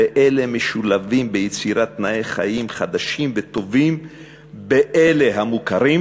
ואלה משולבים ביצירת תנאי חיים חדשים וטובים באלה המוכרים,